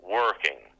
working